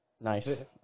Nice